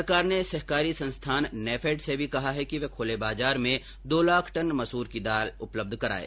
सरकार ने सहकारी संस्थान नेफेड से भी कहा है कि वह खुले बाजार में दो लाख टन मसूर की दाल उपलब्ध कराये